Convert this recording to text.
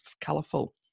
colourful